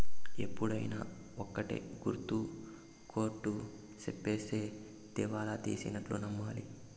ఎప్పుడైనా ఒక్కటే గుర్తు కోర్ట్ సెప్తేనే దివాళా తీసినట్టు నమ్మాలి